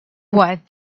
what